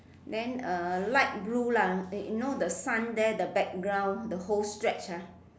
then a light blue lah you you know the sun there the background the whole stretch ah